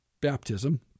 baptism